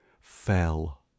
fell